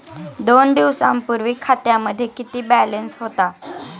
दोन दिवसांपूर्वी खात्यामध्ये किती बॅलन्स होता?